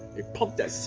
pump that so